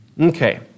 Okay